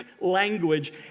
language